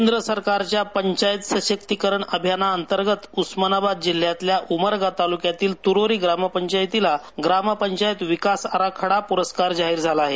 केंद्र सरकारच्या पंचायत सशक्तिकरण अभियानांतर्गत उस्मानाबाद जिल्ह्यातल्या उमरगा तालुक्यातल्या तुरोरी ग्रामपंचायतीला ग्रामपंचायत विकास आराखडा प्रस्कार जाहीर झाला आहे